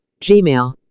gmail